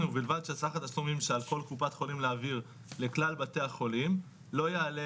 ובלבד שסך התשלומים שעל כל קופת חולים להעביר לכלל בתי החולים לא יעלה